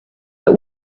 but